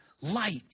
light